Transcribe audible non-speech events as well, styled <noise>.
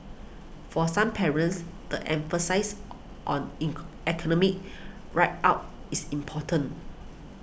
for some parents the emphasis <noise> on ink academic rag our is important